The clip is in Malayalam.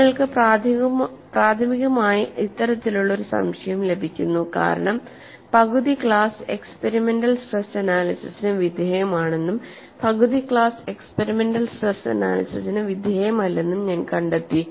നിങ്ങൾക്ക് പ്രാഥമികമായി ഇത്തരത്തിലുള്ള ഒരു സംശയം ലഭിക്കുന്നു കാരണം പകുതി ക്ലാസ് എക്സ്പെരിമെന്റൽ സ്ട്രെസ് അനാലിസിസിനു വിധേയമാണെന്നും പകുതി ക്ലാസ് എക്സ്പെരിമെന്റൽ സ്ട്രെസ് അനാലിസിസിനു വിധേയമല്ലെന്നും ഞാൻ കണ്ടെത്തി